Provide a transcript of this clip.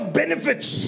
benefits